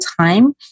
time